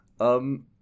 Um-